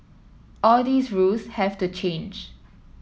all these rules have to change